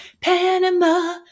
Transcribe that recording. Panama